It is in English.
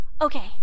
Okay